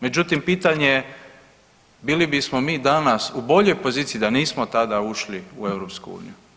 Međutim, pitanje je bi li bismo mi danas u boljoj poziciji da nismo tada ušli u EU?